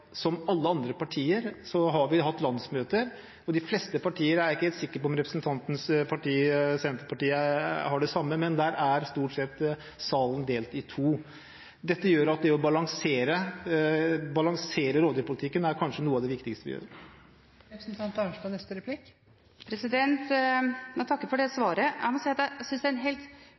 Som alle andre partier har vi hatt landsmøte. I de fleste partier – jeg er ikke helt sikker på om det gjelder representanten Arnstads parti, Senterpartiet – er salen stort sett delt i to. Dette gjør at det å balansere rovdyrpolitikken er kanskje noe av det viktigste vi gjør. Jeg takker for det svaret. Jeg må si jeg synes det er en helt